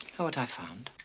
what i found?